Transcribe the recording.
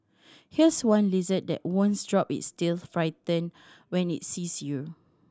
here's one lizard that won't drop its tail fright when it sees you